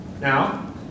Now